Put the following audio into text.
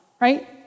right